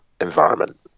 environment